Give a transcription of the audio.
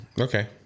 Okay